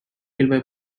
killed